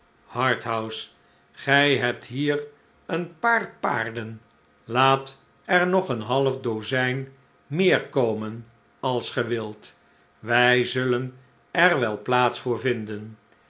schoenharthouse gij hebt hier een paar paarden laat er nog een half dozijn meer komen als ge wilt wij zullen er wel plaats voor vinden